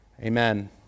Amen